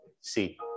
see